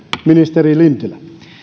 ministeri lintilä